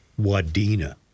Wadena